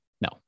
No